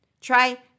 Try